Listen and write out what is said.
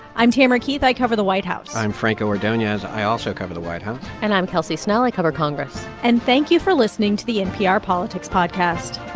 i'm tamara keith. i cover the white house i'm franco ordonez. i also cover the white house and i'm kelsey snell. i cover congress and thank you for listening to the npr politics podcast